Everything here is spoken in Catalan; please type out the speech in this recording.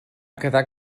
quedar